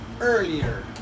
earlier